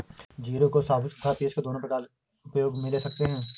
जीरे को साबुत तथा पीसकर दोनों प्रकार उपयोग मे ले सकते हैं